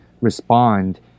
respond